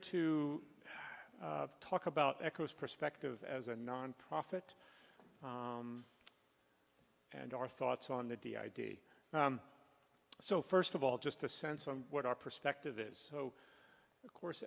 to talk about echoes perspective as a nonprofit and our thoughts on the d i d so first of all just a sense of what our perspective is so of course